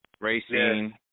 Racing